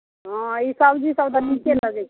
हँ ई सब्जीसभ तऽ नीके लगैत छै